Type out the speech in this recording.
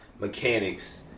mechanics